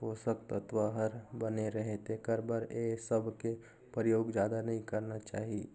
पोसक तत्व हर बने रहे तेखर बर ए सबके परयोग जादा नई करना चाही